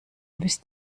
müsst